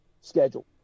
schedule